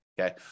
okay